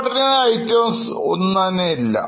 Extraordinary itemഒന്നും തന്നെ ഇല്ല